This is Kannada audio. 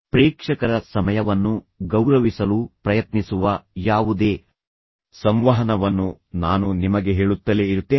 ಪ್ರೇಕ್ಷಕರ ಸಮಯವನ್ನು ಗೌರವಿಸಲು ಪ್ರಯತ್ನಿಸುವ ಯಾವುದೇ ಸಂವಹನವನ್ನು ನಾನು ನಿಮಗೆ ಹೇಳುತ್ತಲೇ ಇರುತ್ತೇನೆ